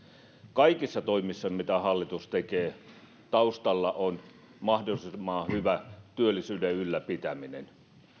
kaikissa toimissa mitä hallitus tekee taustalla on mahdollisimman hyvä työllisyyden ylläpitäminen